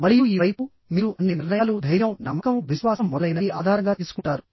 మరియు ఈ వైపు మీరు అన్ని నిర్ణయాలు ధైర్యం నమ్మకం విశ్వాసం మొదలైనవి ఆధారంగా తీసుకుంటారు